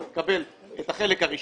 הוא יקבל את החלק הראשון,